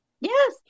Yes